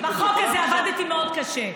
בחוק הזה עבדתי מאוד קשה,